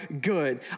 good